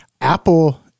Apple